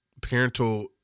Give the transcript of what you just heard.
parental